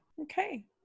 okay